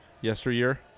yesteryear